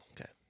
Okay